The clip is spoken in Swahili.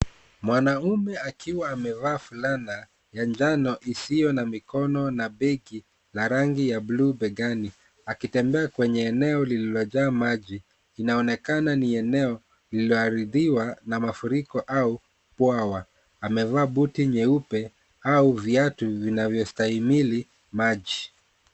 Mwanaume akiwa amevaa fulana ya njano isiyo na mikono na begi la rangi ya buu begani akitembea kwenye eneo lililojaa maji. Inaonekana ni eneo lililoharibiwa na mafuriko au bwawa. Amevaa buti nyeupe au viatu vinavyo stahimili maji.